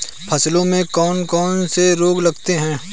फसलों में कौन कौन से रोग लगते हैं?